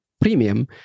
premium